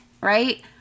right